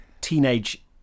teenage